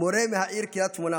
מורה מהעיר קריית שמונה